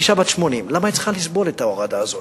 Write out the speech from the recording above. אשה בת 80, למה היא צריכה לסבול את ההורדה הזאת?